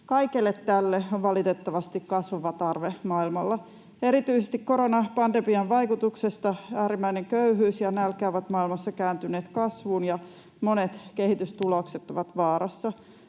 Kaikelle tälle on valitettavasti kasvava tarve maailmalla. Erityisesti koronapandemian vaikutuksesta äärimmäinen köyhyys ja nälkä ovat maailmassa kääntyneet kasvuun, ja monet kehitystulokset ovat vaarassa.